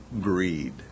greed